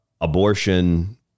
Abortion